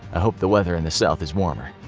i hope the weather in the south is warmer.